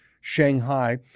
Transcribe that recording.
Shanghai